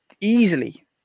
easily